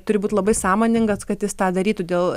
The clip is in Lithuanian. turi būt labai sąmoningas kad jis tą darytų dėl